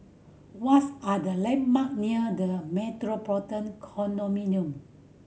what's are the landmark near The Metropolitan Condominium